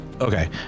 okay